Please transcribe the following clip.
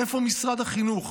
איפה משרד החינוך?